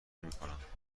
نمیکنم